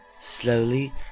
Slowly